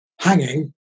hanging